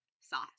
sauce